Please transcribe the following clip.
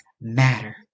matter